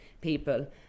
people